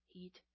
Heat